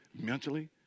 mentally